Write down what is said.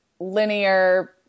linear